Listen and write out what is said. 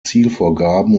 zielvorgaben